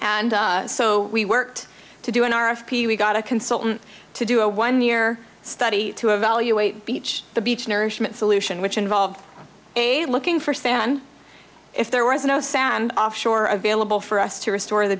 and so we worked to do an r f p we got a consultant to do a one year study to evaluate beach the beach nourishment solution which involved a looking for sand if there was no sand offshore available for us to restore the